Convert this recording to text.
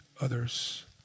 others